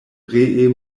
ree